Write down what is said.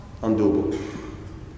undoable